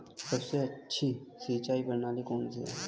सबसे अच्छी सिंचाई प्रणाली कौन सी है?